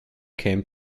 came